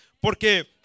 porque